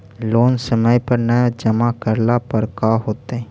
Loan समय पर न जमा करला पर का होतइ?